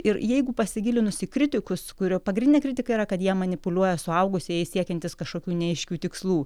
ir jeigu pasigilinus į kritikus kurių pagrindinė kritika yra kad ja manipuliuoja suaugusieji siekiantys kažkokių neaiškių tikslų